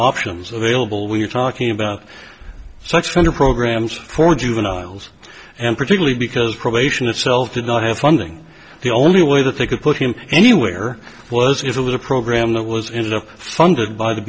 options available we're talking about sex offender programs for juveniles and particularly because probation itself did not have funding the only way that they could put him anywhere was if it was a program that was in a funded by the